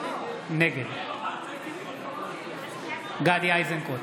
נגד גדי איזנקוט,